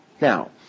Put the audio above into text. Now